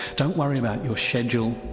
don't worry about your schedule,